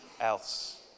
else